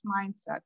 mindset